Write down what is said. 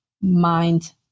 mind